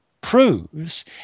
proves